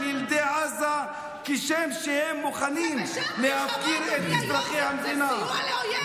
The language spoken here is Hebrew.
ילדי עזה כשם שהם מוכנים להפקיר את אזרחי המדינה,